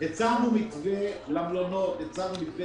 הצענו מתווה למלונות, הצענו מתווה